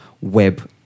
web